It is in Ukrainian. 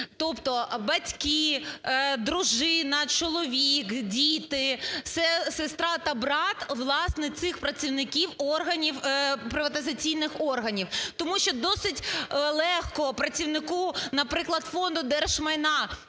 тобто батьки, дружина, чоловік, діти, сестра та брат, власне, цих працівників органів, приватизаційних органів. Тому що досить легко працівнику, наприклад, Фонду держмайна